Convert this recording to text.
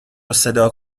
صدا